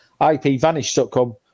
ipvanish.com